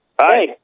Hi